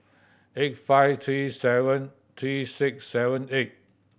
eight five three seven three six seven eight